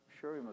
Sure